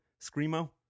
Screamo